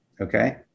Okay